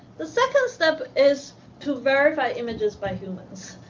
the second step is to verify images by humans.